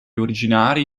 originari